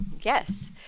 Yes